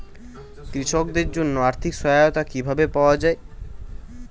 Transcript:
কৃষকদের জন্য আর্থিক সহায়তা কিভাবে পাওয়া য়ায়?